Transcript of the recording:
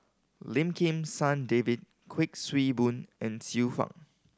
Lim Kim San David Kuik Swee Boon and Xiu Fang